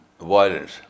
violence